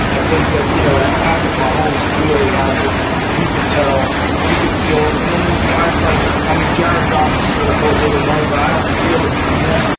i think that you know patrick mahomes clearly has it. you can tell, you can feel it and then there's guys like, i mean jared goff just made a boatload of money, but i don't ah feel it from him.